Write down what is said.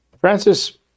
Francis